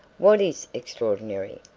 what is extraordinary?